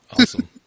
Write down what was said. Awesome